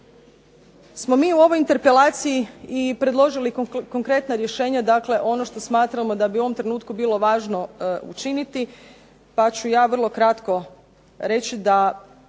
smo mi u ovoj interpelaciji i predložili konkretna rješenja, dakle ono što smatramo da bi u ovom trenutku bilo važno učiniti pa ću ja vrlo kratko reći da